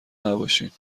نباشین